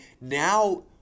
now